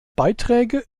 beiträge